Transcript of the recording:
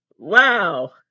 Wow